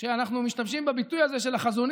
כשאנחנו משתמשים בביטוי הזה של החזון